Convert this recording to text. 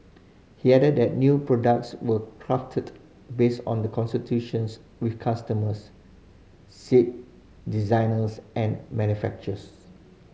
he added that new products were crafted based on the consultations with customers seat designers and manufacturers